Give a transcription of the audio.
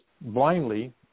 blindly